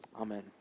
Amen